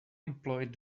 employed